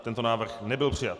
Tento návrh nebyl přijat.